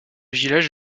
village